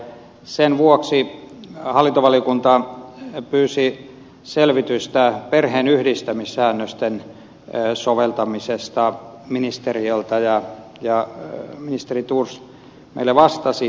sen vuoksi hallintovaliokunta pyysi selvitystä perheenyhdistämissäännösten soveltamisesta ministeriöltä ja ministeri thors meille vastasi